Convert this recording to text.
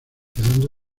quedando